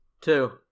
Two